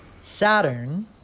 Saturn